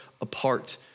apart